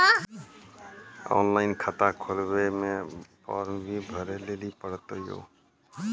Online खाता खोलवे मे फोर्म भी भरे लेली पड़त यो?